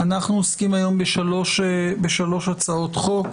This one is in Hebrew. אנחנו עוסקים היום בשלוש הצעות חוק: